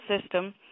system